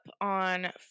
on